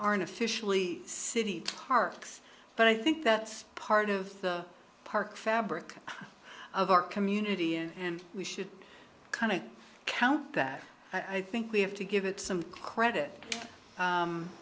aren't officially city parks but i think that's part of the park fabric of our community and we should kind of count that i think we have to give it some credit